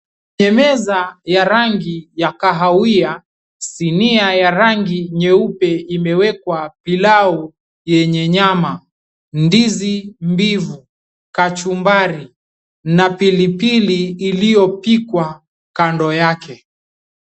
Juu ya meza ya rangi ya kahawia, sinia ya rangi nyeupe imewekwa pilau yenye nyama, ndizi mbivu, kachumbari na pilipili iliyopikwa kando yake.